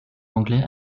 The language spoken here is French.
anglais